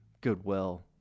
Goodwill